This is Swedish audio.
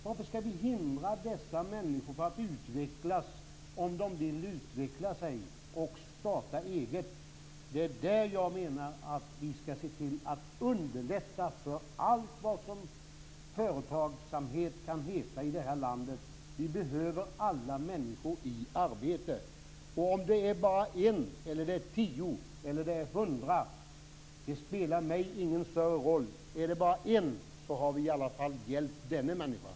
Varför skall vi hindra dessa människor från att utvecklas om de vill utveckla sig och starta eget. Det är där jag menar att vi skall se till att underlätta för allt vad företagsamhet heter i det här landet. Vi behöver alla människor i arbete. Om det är fråga om 1, 10 eller 100 spelar mig ingen större roll. Även om det bara handlar om en människa, så har vi i alla fall hjälpt den människan.